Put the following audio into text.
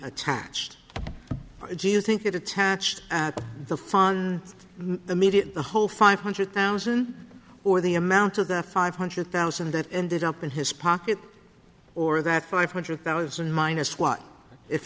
attached do you think it attached the fun the media the whole five hundred thousand or the amount of the five hundred thousand that ended up in his pocket or that five hundred thousand minus